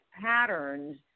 patterns